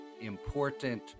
important